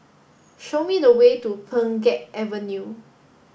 show me the way to Pheng Geck Avenue